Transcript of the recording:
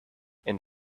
and